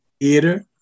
theater